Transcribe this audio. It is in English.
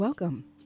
Welcome